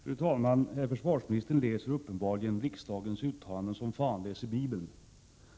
Fru talman! Herr försvarsministern läser uppenbarligen riksdagens uttalanden som fan läser bibeln.